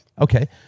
Okay